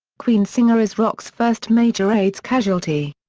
queen singer is rock's first major aids casualty.